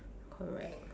correct